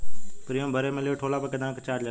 Premium भरे मे late होला पर केतना चार्ज लागेला?